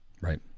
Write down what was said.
right